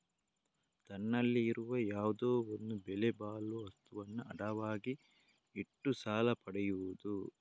ತನ್ನಲ್ಲಿ ಇರುವ ಯಾವುದೋ ಒಂದು ಬೆಲೆ ಬಾಳುವ ವಸ್ತುವನ್ನ ಅಡವಾಗಿ ಇಟ್ಟು ಸಾಲ ಪಡಿಯುದು